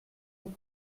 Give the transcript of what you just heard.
vous